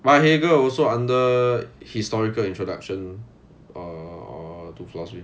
but heger also under historical introduction uh two last week